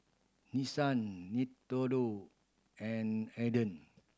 Nissan Nintendo and Aden